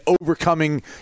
overcoming